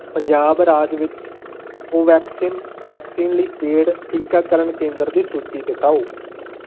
ਪੰਜਾਬ ਰਾਜ ਵਿੱਚ ਕੋਵੈਕਸਿਨ ਵੈਕਸੀਨ ਲਈ ਪੇਡ ਟੀਕਾਕਰਨ ਕੇਂਦਰ ਦੀ ਸੂਚੀ ਦਿਖਾਓ